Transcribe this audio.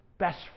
best